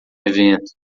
evento